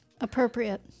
Appropriate